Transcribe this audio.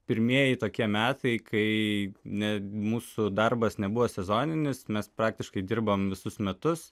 pirmieji tokie metai kai net mūsų darbas nebuvo sezoninis mes praktiškai dirbom visus metus